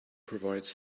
provides